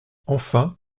enfin